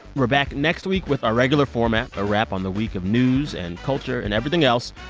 we're back next week with our regular format a wrap on the week of news and culture and everything else.